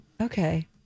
Okay